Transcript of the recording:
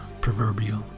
proverbial